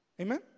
Amen